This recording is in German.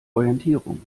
orientierung